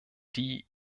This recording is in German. die